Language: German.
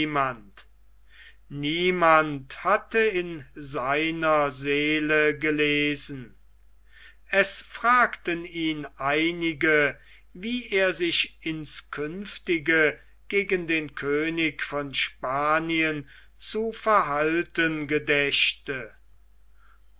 niemand hatte in seiner seele gelesen es fragten ihn einige wie er sich ins künftige gegen den könig von spanien zu verhalten gedächte